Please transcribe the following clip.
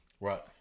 Right